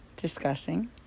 discussing